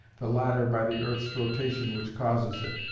the latter by the earth's rotation which causes it.